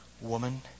woman